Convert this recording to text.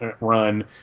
run